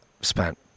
spent